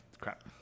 crap